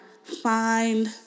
find